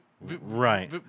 Right